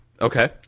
Okay